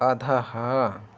अधः